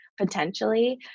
potentially